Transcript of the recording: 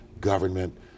government